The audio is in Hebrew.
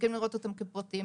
מפסיקים לראות אותם כפרטים.